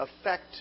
affect